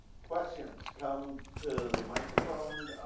questions come to the microphone.